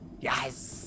Yes